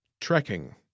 Trekking